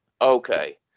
Okay